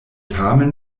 tamen